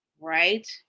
right